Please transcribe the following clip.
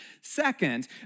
second